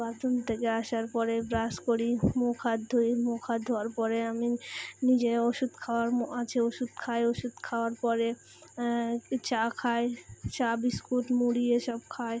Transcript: bathroom থেকে আসার পরে ব্রাশ করি মুখ হাত ধুই মুখ হাত ধোয়ার পরে আমি নিজের ওষুধ খাওয়ার মো আছে ওষুধ খাই ওষুধ খাওয়ার পরে চা খাই চা বিস্কুট মুড়ি এসব খাই